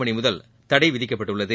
மணிமுதல் தடை விதிக்கப்பட்டுள்ளது